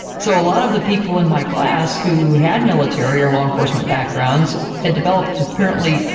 so, a lot of the people in my class who had military or law enforcement backgrounds had developed, apparently,